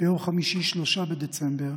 ביום חמישי, 3 בדצמבר,